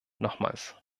nochmals